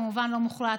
כמובן לא מוחלט,